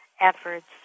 efforts